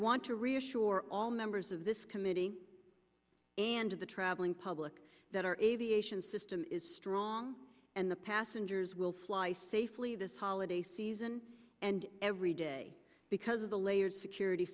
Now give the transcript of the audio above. want to reassure all members of this committee and to the traveling public that our aviation system is strong and the passengers will fly safely this holiday season and every day because of the layered security